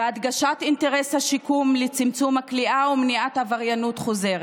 בהדגשת אינטרס השיקום לצמצום הכליאה ומניעת עבריינות חוזרת.